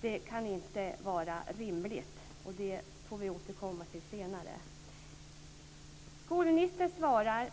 Det kan inte vara rimligt. Vi återkommer till detta senare.